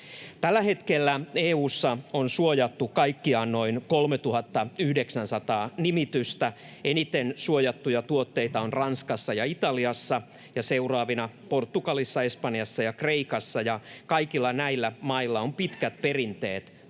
Tällä hetkellä EU:ssa on suojattu kaikkiaan noin 3 900 nimitystä. Eniten suojattuja tuotteita on Ranskassa ja Italiassa ja seuraavina Portugalissa, Espanjassa ja Kreikassa, ja kaikilla näillä mailla on pitkät perinteet paikallisten